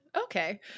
Okay